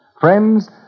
Friends